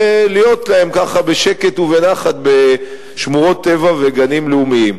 ולהיות להם ככה בשקט ובנחת בשמורות טבע ובגנים לאומיים.